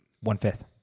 One-fifth